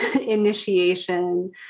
initiation